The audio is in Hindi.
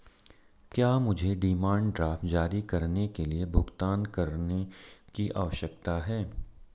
क्या मुझे डिमांड ड्राफ्ट जारी करने के लिए भुगतान करने की आवश्यकता है?